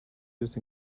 used